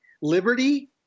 liberty